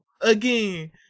again